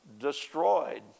destroyed